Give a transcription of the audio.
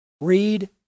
Read